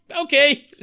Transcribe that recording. Okay